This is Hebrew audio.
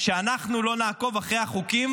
לכך שאנחנו לא נעקוב אחרי החוקים